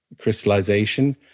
crystallization